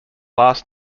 last